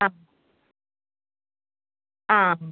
ആ ആ